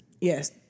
Yes